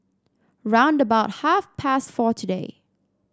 round about half past four today